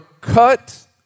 cut